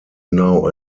now